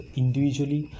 individually